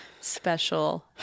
special